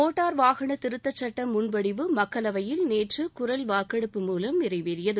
motor வாகன திருத்தச்சுட்ட முன்வடிவு மக்களவையில் நேற்று குரல் வாக்கெடுப்புமூலம் நிறைவேறியது